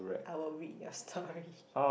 I will read your story